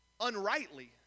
unrightly